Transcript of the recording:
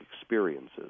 experiences